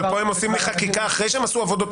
אבל פה הם עושים בחקיקה אחרי שהם עשו עבודות.